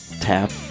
tap